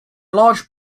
large